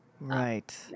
Right